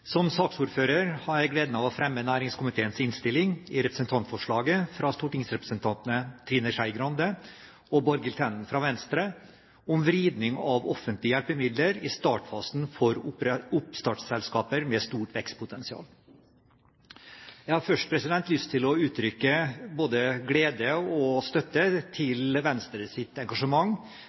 Som saksordfører har jeg gleden av å fremme næringskomiteens innstilling i representantforslaget fra stortingsrepresentantene Trine Skei Grande og Borghild Tenden fra Venstre om vridning av offentlige hjelpemidler i startfasen for oppstartsselskaper med stort vekstpotensial. Jeg har først lyst til å uttrykke både glede og støtte til Venstres engasjement